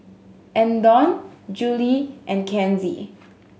Andon Juli and Kenzie